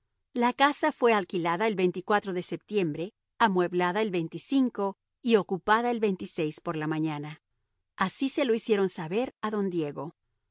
la casa fue alquilada el de septiembre amueblada el y ocupada el por la mañana así se lo hicieron saber a don diego